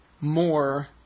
more